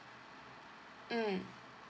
mm